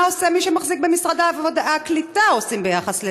מה עושה מי שמחזיק בתיק הקליטה ביחס לזה?